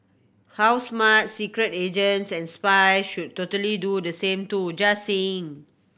how smart secret agents and spies should totally do the same too just saying